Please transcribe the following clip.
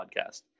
podcast